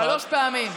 שלוש פעמים.